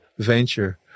venture